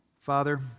Father